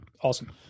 Awesome